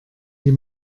die